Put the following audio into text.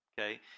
Okay